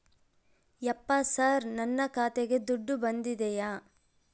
ಯಪ್ಪ ಸರ್ ನನ್ನ ಖಾತೆಗೆ ದುಡ್ಡು ಬಂದಿದೆಯ?